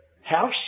house